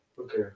okay